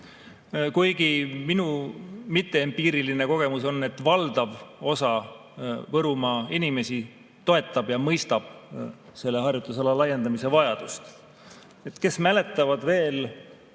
Kuid minu mitteempiiriline kogemus on, et valdav osa Võrumaa inimesi toetab ja mõistab selle harjutusala laiendamise vajadust. Kes mäletavad veel